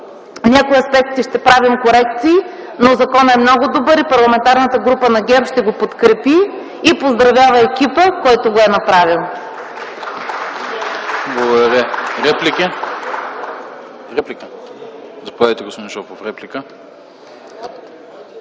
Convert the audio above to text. някои аспекти ще правим корекции. Законопроектът е много добър, Парламентарната група на ГЕРБ ще го подкрепи и поздравява екипа, който го е направил.